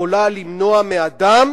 יכולה למנוע מאדם